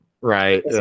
right